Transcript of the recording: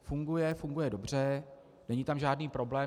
Funguje a funguje dobře, není tam žádný problém.